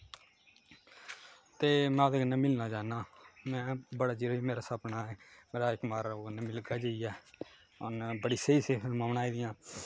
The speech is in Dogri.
ते में ओह्दे कन्नै मिलना चाह्न्ना में बड़ा चिर होई गेआ मेरा सपना ऐ कि में राजकुमार राव कन्नै मिलगा जाइयै उ'न्न बड़ी स्हेई स्हेई फिल्म बनाई दियां